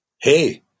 hey